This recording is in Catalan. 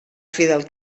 fidel